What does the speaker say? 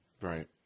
Right